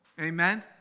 Amen